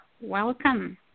Welcome